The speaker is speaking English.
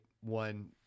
one